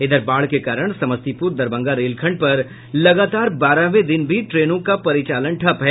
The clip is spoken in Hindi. इधर बाढ़ के कारण समस्तीपुर दरभंगा रेलखंड पर लगातार बारहवें दिन भी ट्रेनों का परिचालन ठप है